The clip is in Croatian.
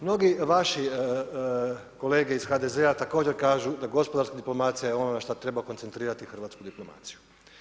Mnogi vaših kolega iz HDZ-a također kažu da gospodarska diplomacija je ono što treba koncentrirati hrvatsku diplomaciju.